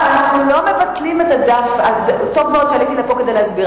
טוב מאוד שעליתי לפה כדי להסביר.